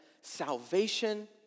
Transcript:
salvation